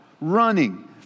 running